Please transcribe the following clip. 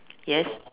yes